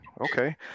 okay